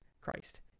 Christ